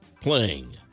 playing